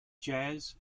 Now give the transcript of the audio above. jazz